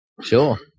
Sure